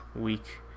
week